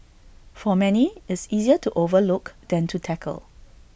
for many it's easier to overlook than to tackle